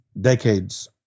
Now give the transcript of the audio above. decades